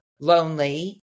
lonely